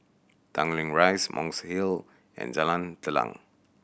Tanglin Rise Monk's Hill and Jalan Telang